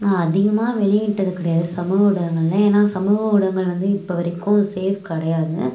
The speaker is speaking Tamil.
நான் அதிகமாக வெளியிட்டது கிடையாது சமூக ஊடகங்கள்ல ஏன்னா சமூக ஊடகங்கள் வந்து இப்போ வரைக்கும் சேஃப் கிடையாது